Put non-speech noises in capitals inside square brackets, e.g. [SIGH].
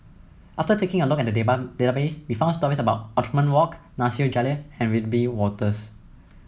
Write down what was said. after taking a look at [UNINTELLIGIBLE] database we found stories about Othman Wok Nasir Jalil and Wiebe Wolters